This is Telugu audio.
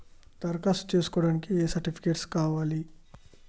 దరఖాస్తు చేస్కోవడానికి ఏ సర్టిఫికేట్స్ కావాలి?